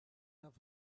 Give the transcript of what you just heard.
have